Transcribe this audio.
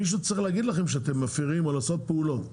מישהו צריך להגיד לכם שאתם מפרים או לעשות פעולות.